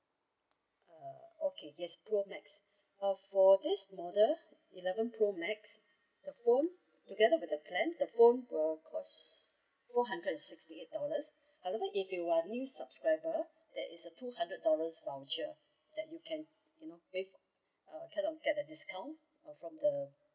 uh okay yes pro max uh for this model eleven pro max the phone together with the plan the phone will cost four hundred and sixty eight dollars however if you are new subscriber that is a two hundred dollars voucher that you can you know waive uh kind of get a discount from the uh